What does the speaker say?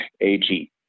AG